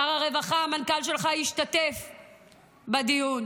שר הרווחה, המנכ"ל שלך השתתף בדיון.